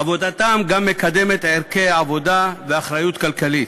עבודתם גם מקדמת ערכי עבודה ואחריות כלכלית.